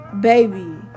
Baby